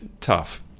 tough